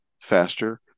faster